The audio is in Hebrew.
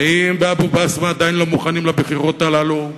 ואם באבו-בסמה עדיין לא מוכנים לבחירות הללו,